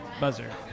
buzzer